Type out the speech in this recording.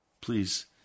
Please